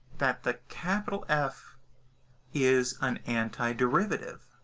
that the capital f is an antiderivative.